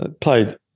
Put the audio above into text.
Played